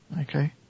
okay